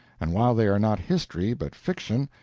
and while they are not history, but fiction,